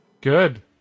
Good